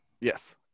yes